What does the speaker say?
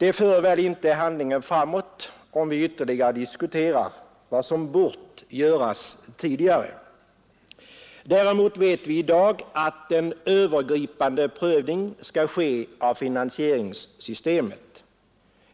Det för väl inte handlingen framåt om vi ytterligare diskuterar vad som bort göras tidigare. Däremot vet vi i dag att en övergripande prövning skall ske av finansieringssystemet.